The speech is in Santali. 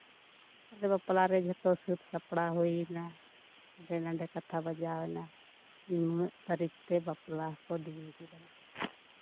ᱛᱟᱦᱚᱞᱮ ᱵᱟᱯᱞᱟᱨᱮ ᱡᱷᱚᱛᱚ ᱥᱟᱹᱛ ᱥᱟᱯᱲᱟᱣ ᱦᱩᱭ ᱱᱟ ᱦᱟᱱᱰᱮ ᱱᱷᱟᱰᱮ ᱠᱟᱛᱷᱟ ᱵᱟᱡᱟᱣ ᱮᱱᱟ ᱱᱩᱱᱟᱹᱜ ᱛᱟᱨᱤᱠᱷᱛᱮ ᱵᱟᱯᱞᱟ ᱠᱚ ᱫᱤᱱ ᱠᱮᱫᱟ